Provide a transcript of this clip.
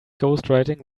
ghostwriting